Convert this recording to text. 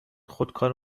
خودکار